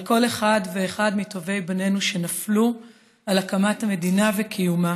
על כל אחד ואחד מטובי בנינו שנפלו על הקמת המדינה ועל קיומה.